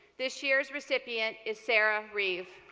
this year's recipient is sarah reeve.